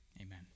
Amen